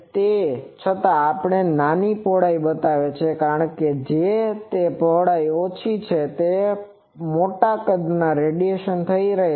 તે છતાં પણ તે નાની પહોળાઈ બતાવે છે કારણ કે જો તે પહોળાઈ ઓછી છે તો મોટા કદના રેડિયેશન થઈ રહ્યા છે